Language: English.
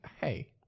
Hey